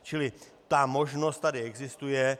Čili ta možnost tady existuje.